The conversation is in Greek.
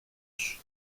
σου